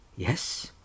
yes